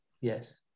Yes